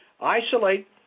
isolate